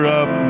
up